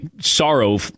sorrow